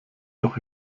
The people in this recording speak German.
doch